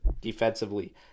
defensively